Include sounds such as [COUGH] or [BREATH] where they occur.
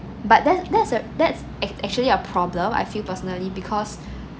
but that's that's a that's act~ actually a problem I feel personally because [BREATH]